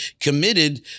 committed